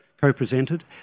co-presented